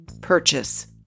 purchase